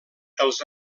els